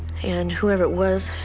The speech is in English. and whoever it was,